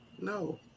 No